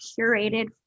curated